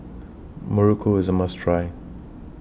Muruku IS A must Try